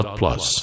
plus